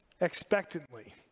expectantly